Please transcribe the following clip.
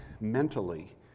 mentally